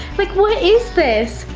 like what is this?